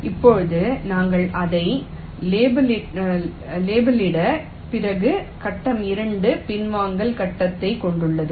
இப்போது நாங்கள் அதை லேபிளிட்ட பிறகு கட்டம் 2 பின்வாங்கல் கட்டத்தைக் கொண்டுள்ளது